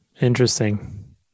Interesting